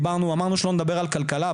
אמרנו שלא נדבר על כלכלה,